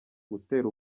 gutera